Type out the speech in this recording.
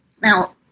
Now